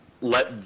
Let